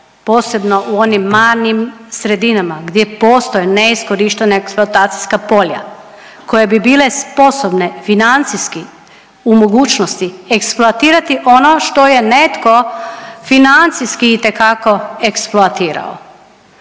posebno u onim manjim sredinama gdje postoje neiskorištena eksploatacijska polja, koje bi bile sposobne financijski u mogućnosti eksploatirati ono što je netko financijski itekako eksploatirao.